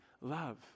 love